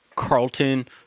Carlton